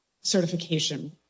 certification